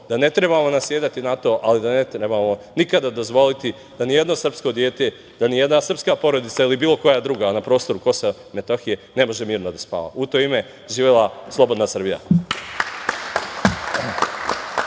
da ne trebamo nasedati na to, ali da ne trebamo nikada dozvoliti da nijedno srpsko dete, da nijedna srpska porodica ili bilo koja druga na prostoru KiM ne može mirno da spava. U to ime živela slobodna Srbija.